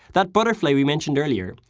that butterfly we mentioned earlier,